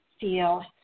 feel